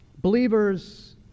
Believers